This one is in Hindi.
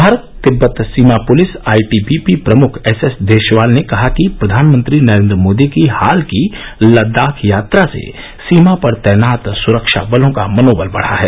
भारत तिब्बत सीमा police I T B P प्रमुख एस एस देशवाल ने कहा कि प्रधानमंत्री नरेन्द्र मोदी की हाल की लद्दाख यात्रा से सीमा पर तैनात सुरक्षा बलो का मनोबल बढ़ा है